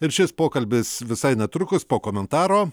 ir šis pokalbis visai netrukus po komentaro